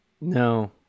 No